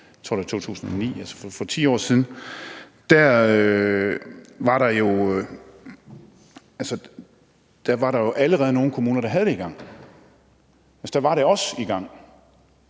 for 10 år siden, var der jo nogle kommuner, der allerede var i gang med det. Der var det også i gang.